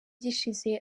gishize